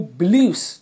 believes